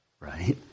right